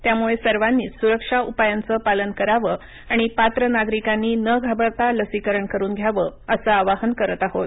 त्यामुळे सर्वांनीच सुरक्षा उपायांचं पालन करावं आणि पात्र नागरिकांनी न घाबरता लसीकरण करून घ्यावं असं आवाहन करत आहोत